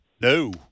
No